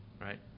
right